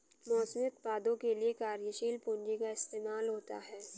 मौसमी उत्पादों के लिये कार्यशील पूंजी का इस्तेमाल होता है